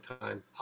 time